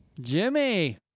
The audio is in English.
Jimmy